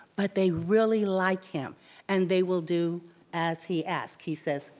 but they really like him and they will do as he asks. he says,